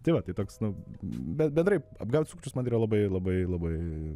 tai va tai toks nu bet bendrai apgaut sukčius man yra labai labai labai